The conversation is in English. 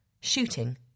Shooting